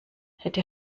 hätte